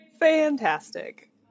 Fantastic